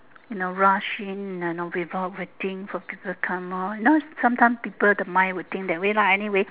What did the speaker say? you know rushing and all people waiting for people come all you know sometimes people the mind will think that way lah anyway